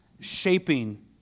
shaping